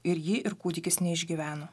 ir ji ir kūdikis neišgyveno